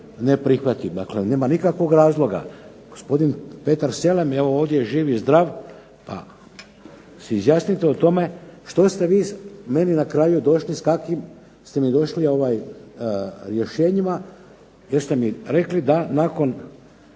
ne prihvatim. Dakle, nema nikakvog razloga. Gospodin Petar Selem evo ovdje je živ i zdrav pa se izjasnite o tome što ste vi meni na kraju došli, s kakvim ste mi došli rješenjima. Jeste mi rekli da nakon